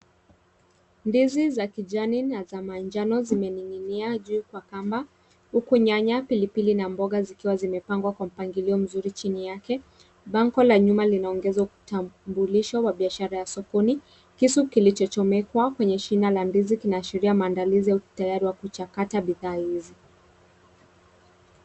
Ndizi za kijani na za manjano zimening'inia juu kwa kamba, huku nyanya, pilipili na mboga zikiwa zimepangwa Kwa mpangilio mzuri chini yake. Bango la nyuma linaongeza utambulisho wa biashara ya sokoni. Kisu kilichochomekwa kwenye shina la ndizi kinaashiria maandalizi au utayari wa kuchakata bidhaa hizi.